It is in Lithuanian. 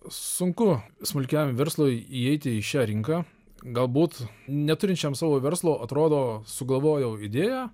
sunku smulkiajam verslui įeiti į šią rinką galbūt neturinčiam savo verslo atrodo sugalvojau idėją